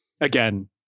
again